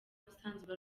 usanzwe